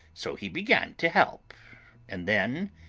so he began to help and then,